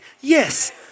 Yes